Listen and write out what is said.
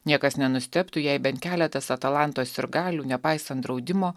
niekas nenustebtų jei bent keletas atlanto sirgalių nepaisant draudimo